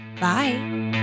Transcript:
Bye